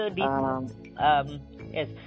Yes